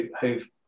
who've